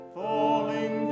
falling